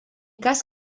cas